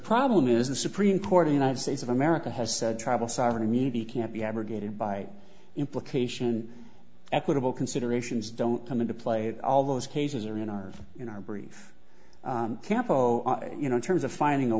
problem is the supreme court of united states of america has said travel sovereign immunity can't be abrogated by implication equitable considerations don't come into play at all those cases are in our in our brief campo you know in terms of finding a